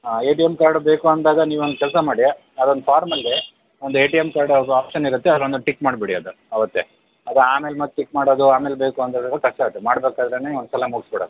ಹಾಂ A T M card ಬೇಕು ಅಂದಾಗ ನೀವೊಂದು ಕೆಲಸ ಮಾಡಿ ಅದೊಂದು ಫಾರ್ಮಲ್ಲಿ ಒಂದು A T M card option ಇರುತ್ತೆ ಅದನ್ನು ಟಿಕ್ ಮಾಡಿಬಿಡಿ ಅದು ಅವತ್ತೇ ಅದು ಆಮೇಲೆ ಮತ್ತೆ ಟಿಕ್ ಮಾಡೋದು ಆಮೇಲೆ ಬೇಕು ಅಂತ ಹೇಳಿದರೆ ಕಷ್ಟ ಆಗತ್ತೆ ಮಾಡ್ಬೇಕಾದ್ರೆನೇ ಒಂದ್ಸಲ ಮುಗ್ಸಿ ಬಿಡೋಣ